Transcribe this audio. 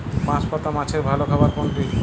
বাঁশপাতা মাছের ভালো খাবার কোনটি?